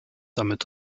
damit